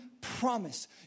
promise